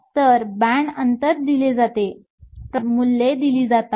तर बँड अंतर दिले जाते प्रभावी वस्तुमान मूल्ये दिली जातात